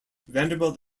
vanderbilt